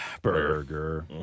Burger